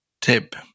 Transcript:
tip